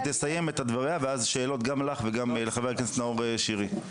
היא תסיים את דבריה ואז שאלות גם לך וגם לחבר הכנסת נאור שירי.